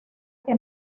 que